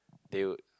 they would